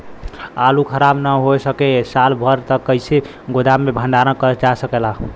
आलू खराब न हो सके साल भर तक कइसे गोदाम मे भण्डारण कर जा सकेला?